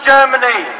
Germany